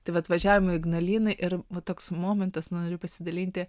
tai vat važiavom į ignaliną ir va toks momentas pasidalinti